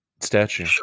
statue